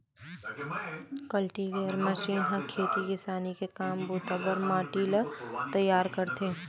cultivator machine ह खेती किसानी के काम बूता बर माटी ल तइयार करथे